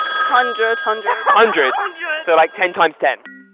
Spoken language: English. hundred, hundred. hundred? um yeah so like ten times ten?